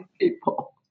people